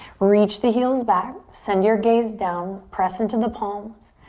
reach the heals back. send your gaze down. press into the palms.